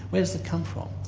where has it come from?